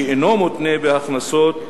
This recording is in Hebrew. שאינו מותנה בהכנסות,